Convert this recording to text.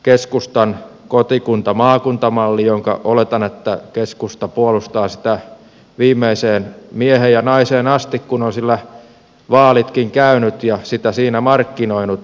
keskustan kotikuntamaakunta malli josta oletan että keskusta puolustaa sitä viimeiseen mieheen ja naiseen asti kun on sillä vaalitkin käynyt ja sitä siinä markkinoinut